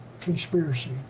conspiracy